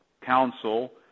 Council